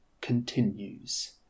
continues